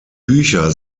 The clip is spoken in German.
bücher